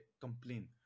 complain